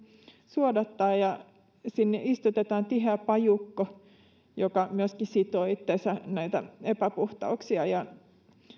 suodattaa sinne istutetaan tiheä pajukko joka myöskin sitoo itseensä epäpuhtauksia ja